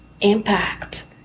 impact